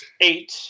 eight